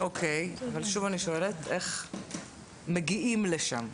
אוקיי, אבל שוב אני שואל: איך מגיעים לשם?